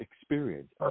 experience